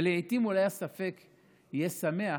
ולעיתים אולי זה יהיה שמח,